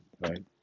right